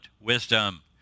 wisdom